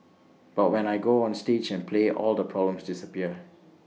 but when I go onstage and play all the problems disappear